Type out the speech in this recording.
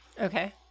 Okay